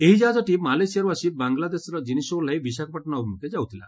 ଏହି ଜାହାଜଟି ମାଲେସିଆରୁ ଆସି ବାଙ୍ଗଲାଦେଶରେ ଜିନିଷ ଓହ୍ଲାଇ ବିଶାଖାପାଟଣା ଅଭିମୁଖେ ଯାଉଥିଲା